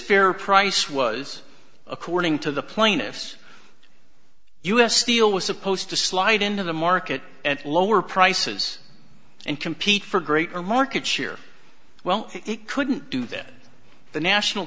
fair price was according to the plaintiff's us steel was supposed to slide into the market at lower prices and compete for greater market share well it couldn't do that the national